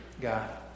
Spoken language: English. God